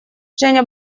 женя